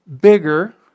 bigger